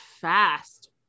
fast